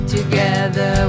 Together